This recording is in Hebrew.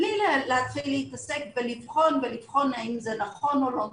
בלי להתחיל בלהתעסק ולבחון האם זה נכון או לא נכון.